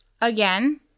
Again